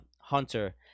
Hunter